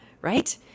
right